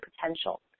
potential